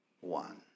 one